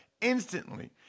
instantly